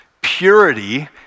Purity